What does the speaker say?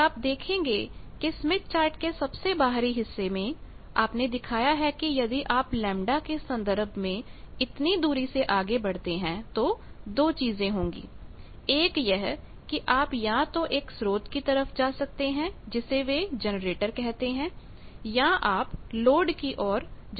और आप देखेंगे कि स्मिथ चार्ट के सबसे बाहरी हिस्से में आपने दिखाया है कि यदि आप लैम्ब्डा के संदर्भ में इतनी दूरी से आगे बढ़ते हैं तो दो चीजें होंगी एक यह है कि आप या तो एक स्रोत की तरफ जा सकते हैं जिसे वे जनरेटर कहते हैं या आप लोड की ओर जा सकते हैं